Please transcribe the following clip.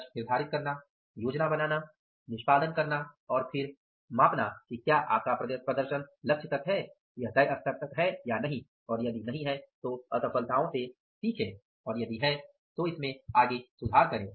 लक्ष्य निर्धारित करना योजना बनाना निष्पादन करना और फिर मापना कि क्या आपका प्रदर्शन लक्ष्य तक है तय स्तर तक है या नहीं और यदि नहीं है तो असफलताओं से सीखें और यदि है तो इसमें आगे सुधार करें